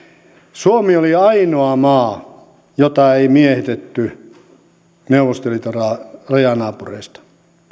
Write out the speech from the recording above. suomi oli ainoa maa jota ei miehitetty neuvostoliiton rajanaapureista